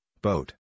boat